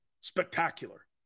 Spectacular